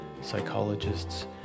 psychologists